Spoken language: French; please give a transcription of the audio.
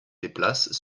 déplacent